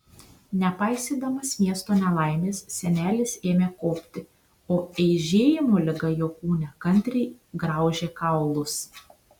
nepaisydamas miesto nelaimės senelis ėmė kopti o eižėjimo liga jo kūne kantriai graužė kaulus